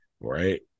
Right